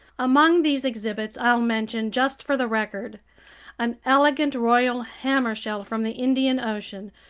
among these exhibits i'll mention, just for the record an elegant royal hammer shell from the indian ocean,